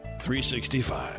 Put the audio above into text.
365